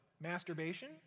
Masturbation